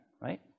right